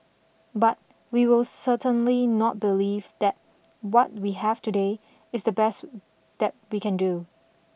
but we will certainly not believe that what we have today is the best that we can do